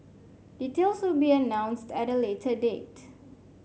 details will be announced at a later date